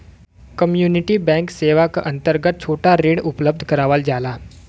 community bank सेवा क अंतर्गत छोटा ऋण उपलब्ध करावल जाला